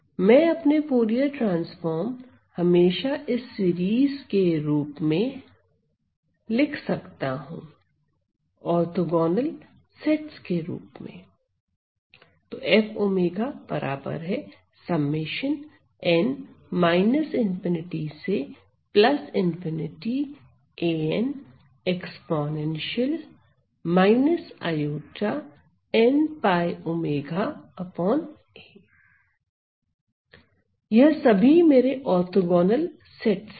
मैं अपने Fourier transform हमेशा इस सीरीज के रूप में लिख सकता हूं ऑर्थोंगोनल सेट के रूप में यह सभी मेरे ऑर्थोंगोनल सेट है